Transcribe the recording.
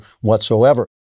whatsoever